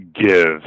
give